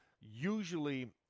usually